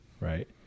right